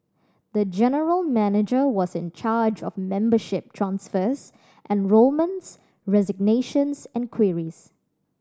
the general manager was in charge of membership transfers enrolments resignations and queries